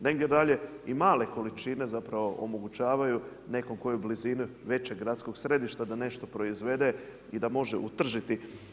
Negdje dalje i male količine zapravo omogućavaju nekom tko je u blizini većeg gradskog središta da nešto proizvede i da može utržiti.